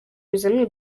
ibizami